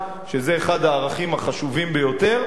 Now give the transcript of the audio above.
שזה אחד הערכים החשובים ביותר,